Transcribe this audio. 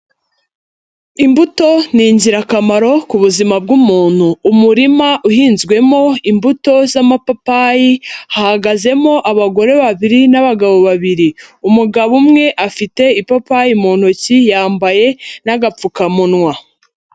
Imbuto ni ingirakamaro ku buzima bw'umuntu. Umurima uhinzwemo imbuto z'amapapayi, hagazemo abagore babiri n'abagabo babiri. Umugabo umwe afite ipapayi mu ntoki yambaye n'agapfukamunwa.